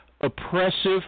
oppressive